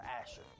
Asher